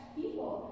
people